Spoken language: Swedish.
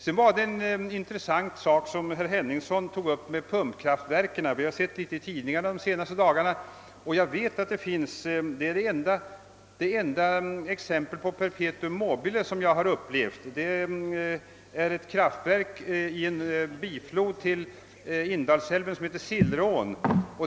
Herr Henningsson tog upp en intressant sak, pumpkraftverken, som vi läst litet om i tidningarna de senaste dagarna. Detta är det enda slag av »perpe tuum mobile» som jag upplevt. Det gäller t.ex. ett kraftverk i Sillreån, en biflod till Indalsälven.